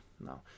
no